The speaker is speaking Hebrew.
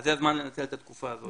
זה הזמן לנצל את התקופה הזו.